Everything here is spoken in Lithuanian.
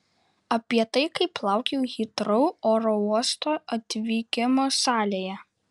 apie tai kaip laukiau hitrou oro uosto atvykimo salėje